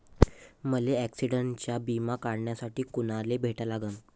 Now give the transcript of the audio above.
मले ॲक्सिडंटचा बिमा काढासाठी कुनाले भेटा लागन?